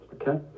okay